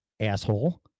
Asshole